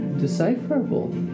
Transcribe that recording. decipherable